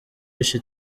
yishe